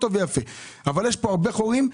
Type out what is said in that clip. יש פה הרבה חורים,